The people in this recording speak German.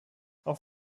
auf